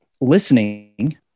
listening